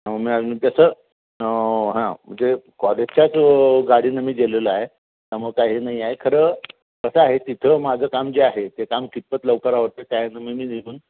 तसं हां म्हणजे कॉलेजच्याच गाडीनं मी गेलेला आहे मग काही हे नाही आहे खरं कसं आहे तिथं माझं काम जे आहे ते काम कितपत लवकर आवरतं त्या ह्यानं मग मी निघून